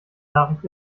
nachricht